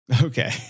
Okay